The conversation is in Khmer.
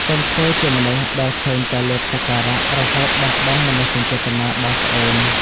កុំធ្វើជាមនុស្សដែលឃើញតែលាភសក្ការៈ រហូតបោះបង់មនោសញ្ចេតនាបងប្អូន។